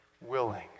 willing